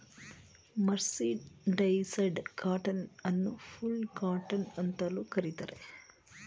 mercerised cotton ಅನ್ನು ಫುಲ್ಡ್ cotton ಅಂತಲೂ ಕರಿತಾರೆ